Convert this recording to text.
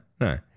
no